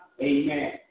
Amen